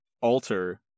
alter